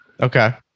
Okay